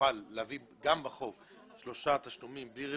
נוכל להכניס גם בהצעת החוק שיתאפשרו שלושה תשלומים בלי ריבית,